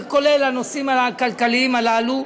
וכולל הנושאים הכלכליים הללו.